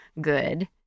good